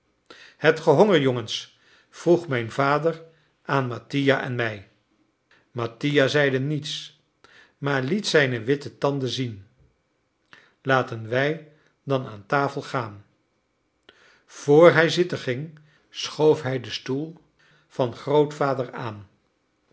hebt ge honger jongens vroeg mijn vader aan mattia en mij mattia zeide niets maar liet zijne witte tanden zien laten wij dan aan tafel gaan vr hij zitten ging schoof hij den stoel van grootvader aan